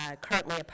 currently